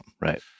Right